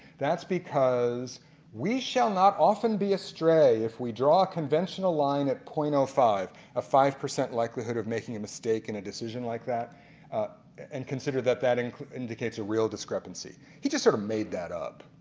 that's because we shall not often be astray if we draw a conventional line at point zero five a five percent likelihood of making a mistake in a decision like that and consider that that and indicates a real discrepancy. he just sort of made that up